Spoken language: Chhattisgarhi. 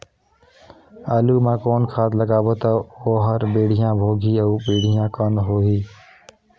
आलू मा कौन खाद लगाबो ता ओहार बेडिया भोगही अउ बेडिया कन्द होही?